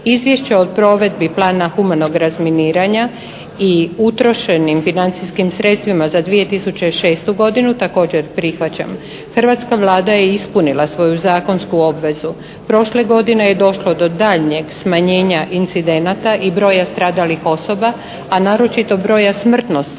Izvješće o provedbi plana humanog razminiranja i utrošenim financijskim sredstvima za 2006. godinu također prihvaćam. Hrvatska Vlada je ispunila svoju zakonsku obvezu. Prošle godine je došlo do daljnjeg smanjenja incidenata i broja stradalih osoba, a naročito broja smrtno stradalih